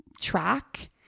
track